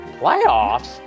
Playoffs